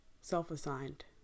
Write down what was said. self-assigned